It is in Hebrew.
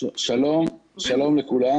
שלום לכולם.